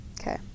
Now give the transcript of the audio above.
Okay